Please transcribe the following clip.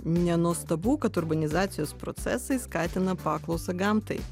nenuostabu kad urbanizacijos procesai skatina paklausą gamtai